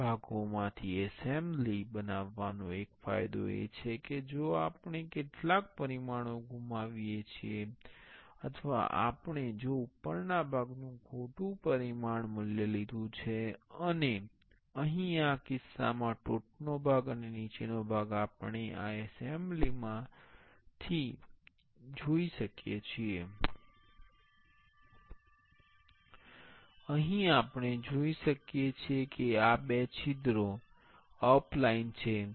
આ ભાગોમાંથી એસેમ્બલી બનાવવાનો એક ફાયદો એ છે કે જો આપણે કેટલાક પરિમાણો ગુમાવીએ છીએ અથવા આપણે જો ઉપરના ભાગનું ખોટું પરિમાણ મૂલ્ય લીધુ છે અને અહીં આ કિસ્સામાં અહીં આપણે જોઈ શકીએ છીએ કે આ બે છિદ્રો અલાઇન છે